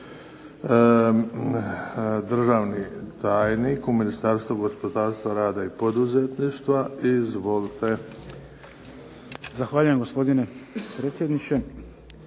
državni tajnik u Ministarstvu gospodarstva, rada i poduzetništva. Izvolite. **Friganović, Ruđer** Zahvaljujem, gospodine predsjedniče.